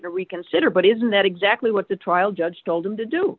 reconsider but isn't that exactly what the trial judge told him to do